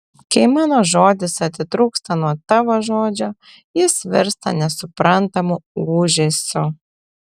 kai mano žodis atitrūksta nuo tavo žodžio jis virsta nesuprantamu ūžesiu